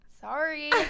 sorry